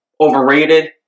overrated